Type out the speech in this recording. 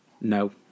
No